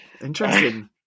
Interesting